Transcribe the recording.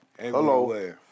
Hello